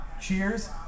cheers